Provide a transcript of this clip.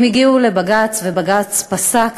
הם הגיעו לבג"ץ, ובג"ץ פסק